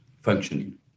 functioning